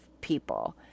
people